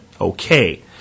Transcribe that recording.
Okay